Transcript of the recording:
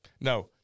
No